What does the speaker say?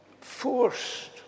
forced